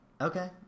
Okay